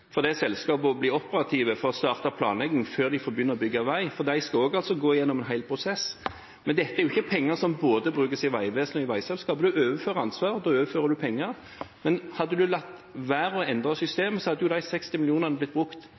for det selskapet å bli operativt – fra det å starte planlegging til de får begynne å bygge vei – for de skal gå igjennom en hel prosess. Dette er ikke penger som brukes både i Vegvesenet og i veiselskapet. En overfører ansvaret – da overfører en penger. Hadde en latt være å endre systemet, hadde de 60 mill. kr isteden blitt brukt